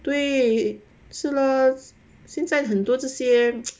对是咯现在很多这些